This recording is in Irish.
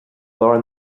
lár